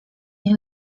nie